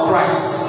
Christ